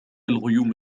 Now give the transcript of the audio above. الغيوم